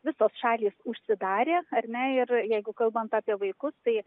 visos šalys užsidarė ar ne ir jeigu kalbant apie vaikus tai